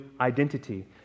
identity